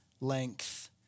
length